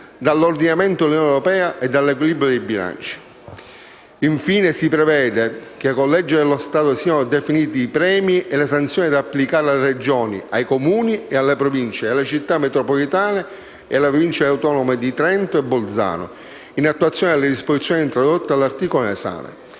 dall'ordinamento dell'Unione europea e dell'equilibrio dei bilanci. Infine, si prevede che con legge dello Stato siano definiti i premi e le sanzioni da applicare alle Regioni, ai Comuni, alle Province, alle Città metropolitane e alle Province autonome di Trento e di Bolzano, in attuazione delle disposizioni introdotte all'articolo in esame.